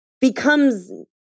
becomes